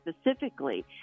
specifically